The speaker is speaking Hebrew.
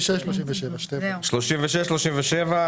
מי קיבל כסף ולמה קיבל.